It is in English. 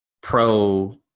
pro